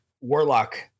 Warlock